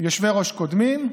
יושבי-ראש קודמים,